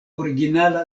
originala